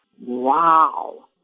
wow